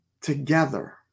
together